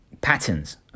patterns